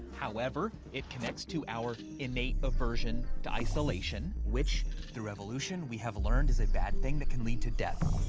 however, it connects to our innate aversion to isolation which, through evolution, we have learned is a bad thing that can lead to death.